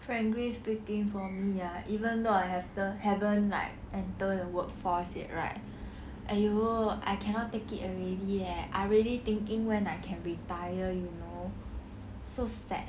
frankly speaking for me ya even though I haven't haven't like enter the workforce yet right !aiyo! I cannot take it already eh I really thinking when I can retire you know so sad